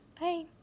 Bye